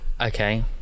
Okay